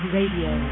Radio